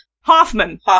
Hoffman